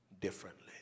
differently